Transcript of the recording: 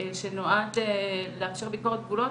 שנועד לאפשר ביקורת גבולות,